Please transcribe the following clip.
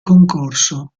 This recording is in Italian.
concorso